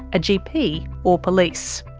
a gp, or police.